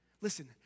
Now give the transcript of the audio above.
listen